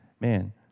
man